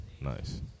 nice